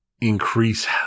increase